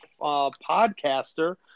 podcaster